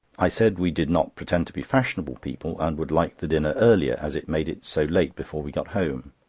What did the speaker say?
i said we did not pretend to be fashionable people, and would like the dinner earlier, as it made it so late before we got home.